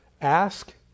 ask